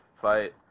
fight